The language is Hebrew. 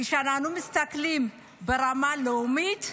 כשאנחנו מסתכלים ברמה לאומית,